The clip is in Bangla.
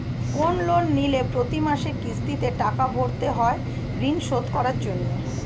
কোন লোন নিলে প্রতি মাসে কিস্তিতে টাকা ভরতে হয় ঋণ শোধ করার জন্য